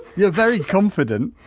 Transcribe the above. you're very confident!